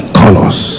colors